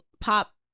pop